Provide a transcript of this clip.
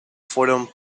fueron